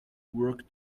work